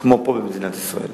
כמו פה, במדינת ישראל.